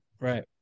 Right